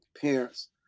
parents